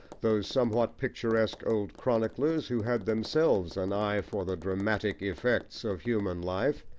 those somewhat picturesque old chroniclers who had themselves an eye for the dramatic effects of human life,